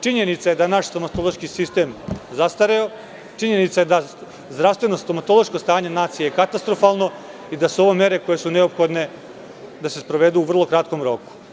Činjenica je da je naš stomatološki sistem zastareo, činjenica je da zdravstveno stomatološko stanje nacije je katastrofalno i da su ovo mere koje su neophodne da se sprovedu u vrlo kratkom roku.